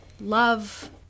Love